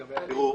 תראו,